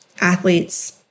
athletes